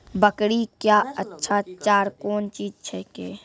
बकरी क्या अच्छा चार कौन चीज छै के?